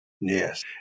Yes